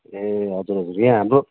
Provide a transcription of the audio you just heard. ए हजुर हजुर यहाँ हाम्रो